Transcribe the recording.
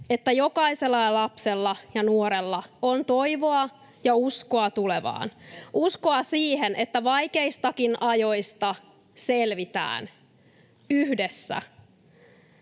että jokaisella lapsella ja nuorella on toivoa ja uskoa tulevaan, uskoa siihen, että vaikeistakin ajoista selvitään, yhdessä.